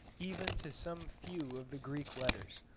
even to some few of the greek letters.